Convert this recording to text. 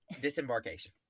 disembarkation